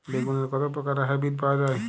বেগুনের কত প্রকারের হাইব্রীড পাওয়া যায়?